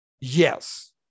Yes